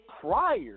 prior